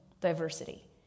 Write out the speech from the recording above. diversity